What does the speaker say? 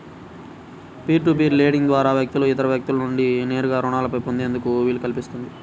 peer to peer lending ద్వారా వ్యక్తులు ఇతర వ్యక్తుల నుండి నేరుగా రుణాలను పొందేందుకు వీలు కల్పిస్తుంది